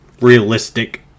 realistic